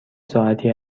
ساعتی